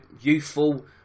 youthful